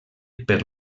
per